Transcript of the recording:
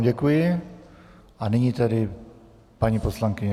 Děkuji vám a nyní tedy paní poslankyně.